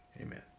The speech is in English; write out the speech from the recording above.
Amen